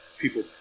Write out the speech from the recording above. people